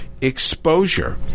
exposure